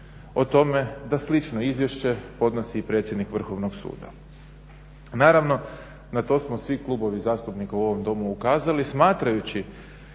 o tome da slično izvješće podnosi i predsjednik Vrhovnog suda. Naravno na to smo svi klubovi zastupnika u ovom Domu ukazali smatrajući